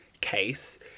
case